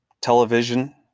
Television